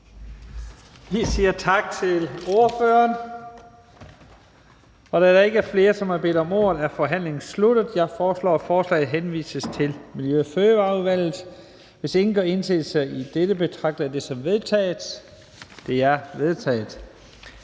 Vi siger tak til ordføreren. Da der ikke er flere, som har bedt om ordet, er forhandlingen sluttet. Jeg foreslår, at beslutningsforslaget henvises til Miljø- og Fødevareudvalget. Hvis ingen gør indsigelse, betragter jeg dette som vedtaget. Det er vedtaget.